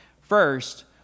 First